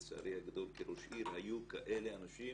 לצערי הגדול כראש עיר, היו כאלה אנשים